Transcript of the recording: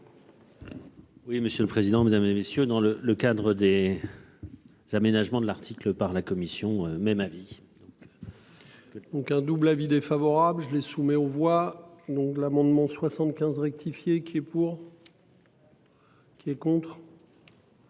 Oui, monsieur le président, Mesdames, et messieurs dans le le cadre des. Aménagements de l'article par la commission. Même avis. Et puis en plus. Donc un double avis défavorable je les soumet aux voix donc l'amendement 75 rectifié qui est pour. Qui est contre.